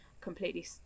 completely